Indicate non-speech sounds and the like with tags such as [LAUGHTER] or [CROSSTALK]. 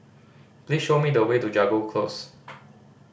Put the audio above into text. please show me the way to Jago Close [NOISE]